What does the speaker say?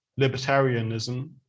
libertarianism